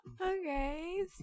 Okay